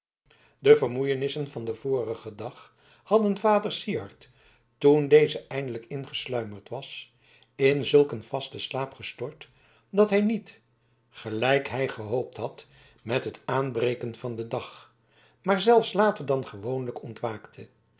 de vermoeienissen van den vorigen dag hadden vader syard toen deze eindelijk ingesluimerd was in zulk een vasten slaap gestort dat hij niet gelijk hij gehoopt had met het aanbreken van den dag maar zelfs later dan gewoonlijk ontwaakte